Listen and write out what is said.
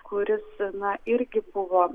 kuris na irgi buvo